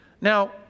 Now